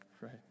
right